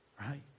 right